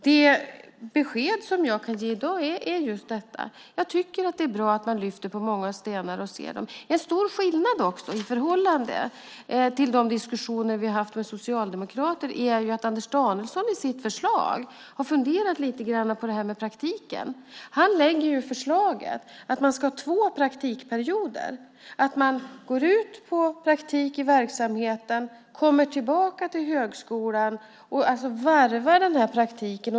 Det besked som jag kan ge i dag är just detta. Det är bra att man vänder på många stenar. En stor skillnad i förhållande till de diskussioner vi har haft med socialdemokrater är att Anders Danielsson i sitt förslag har funderat lite grann på praktiken. Han lägger fram förslaget att man ska ha två praktikperioder. Man går ut på praktik i verksamheten, kommer tillbaka till högskolan och varvar praktiken.